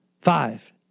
five